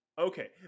okay